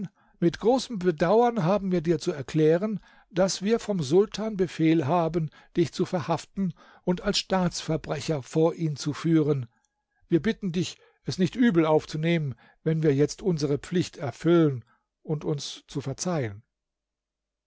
mit großem bedauern haben wir dir zu erklären daß wir vom sultan befehl haben dich zu verhaften und als staatsverbrecher vor ihn zu führen wir bitten dich es nicht übel aufzunehmen wenn wir jetzt unsere pflicht erfüllen und uns zu verzeihen